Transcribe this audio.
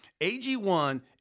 AG1